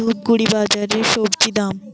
ধূপগুড়ি বাজারের স্বজি দাম?